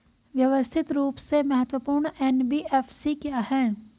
व्यवस्थित रूप से महत्वपूर्ण एन.बी.एफ.सी क्या हैं?